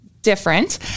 different